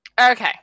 Okay